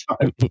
time